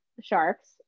Sharks